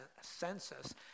census